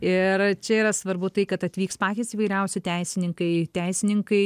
ir čia yra svarbu tai kad atvyks patys įvairiausi teisininkai teisininkai